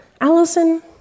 Allison